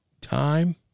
time